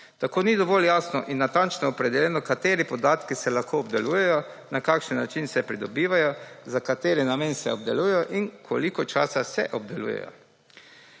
Tako ni dovolj jasno in natančno opredeljeno, kateri podatki se lahko obdelujejo, na kakšen način se pridobivajo, za kateri namen se obdelujejo in koliko časa se obdelujejo.